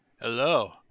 Hello